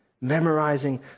memorizing